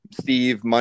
Steve